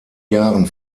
jahren